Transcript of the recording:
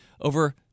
over